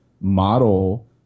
model